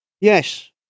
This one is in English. Yes